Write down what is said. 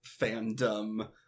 fandom